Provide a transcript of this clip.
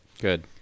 good